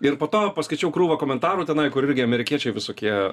ir po to paskaičiau krūvą komentarų tenai kur irgi amerikiečiai visokie